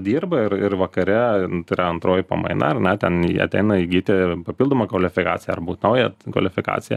dirba ir ir vakare tai yra antroji pamaina ar ne ten jie ateina įgyti papildomą kvalifikaciją ar būt naują kvalifikaciją